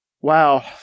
Wow